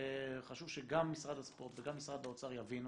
חשוב שגם משרד הספורט וגם משרד האוצר יבינו